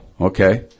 Okay